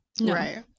right